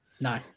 No